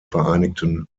vereinigten